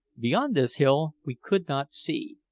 beyond this hill we could not see,